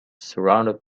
surrounded